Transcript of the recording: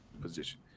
position